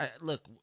look